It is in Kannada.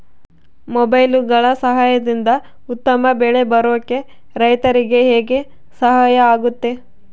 ಮೊಬೈಲುಗಳ ಸಹಾಯದಿಂದ ಉತ್ತಮ ಬೆಳೆ ಬರೋಕೆ ರೈತರಿಗೆ ಹೆಂಗೆ ಸಹಾಯ ಆಗುತ್ತೆ?